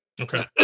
Okay